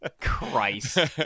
christ